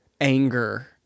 anger